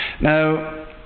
Now